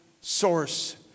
source